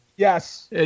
Yes